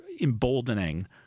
emboldening